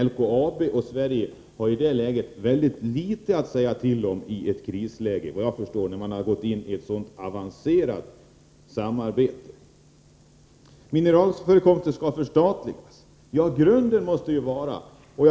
LKAB och Sverige har, såvitt jag förstår, ytterst litet att säga till om i ett krisläge, när man gått in i ett så avancerat samarbete. Mineralförekomsten skall förstatligas; det måste vara grunden.